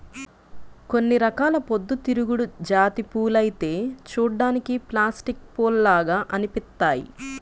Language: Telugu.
కొన్ని రకాల పొద్దుతిరుగుడు జాతి పూలైతే చూడ్డానికి ప్లాస్టిక్ పూల్లాగా అనిపిత్తయ్యి